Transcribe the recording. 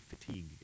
fatigue